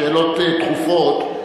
בשאלות דחופות,